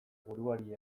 buruari